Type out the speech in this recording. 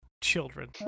children